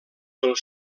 del